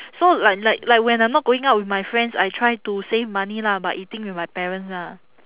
so like like like when I'm not going out with my friends I try to save money lah by eating with my parents lah